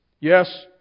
Yes